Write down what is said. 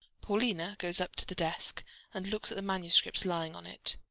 paulina goes up to the desk and looks at the manuscripts lying on it.